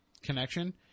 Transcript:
connection